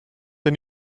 der